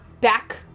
back